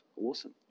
awesome